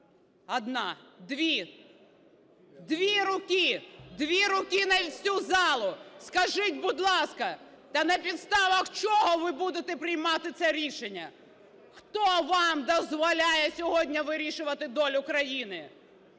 Одна, дві. Дві руки! Дві руки на всю залу! Скажіть, будь ласка, та на підставах чого ви будете приймати це рішення? Хто вам дозволяє сьогодні вирішувати долю країни?